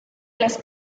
las